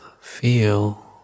feel